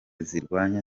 zirwanya